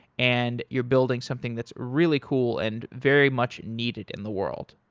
and you're building something that's really cool and very much needed in the world.